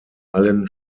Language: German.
allen